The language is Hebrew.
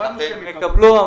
אמרנו שהם יקבלו.